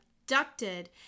abducted